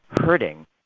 hurting